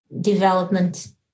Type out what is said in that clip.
development